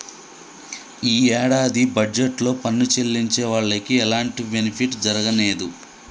యీ యేడాది బడ్జెట్ లో పన్ను చెల్లించే వాళ్లకి ఎలాంటి బెనిఫిట్ జరగనేదు